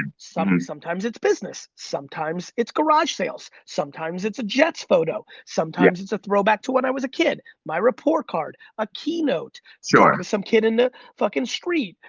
and sometimes it's business, sometimes it's garage sales, sometimes it's a jets photo, sometimes it's a throwback to when i was a kid, my report card, a key note, sure. and some kid in the fuckin' street,